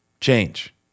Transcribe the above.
change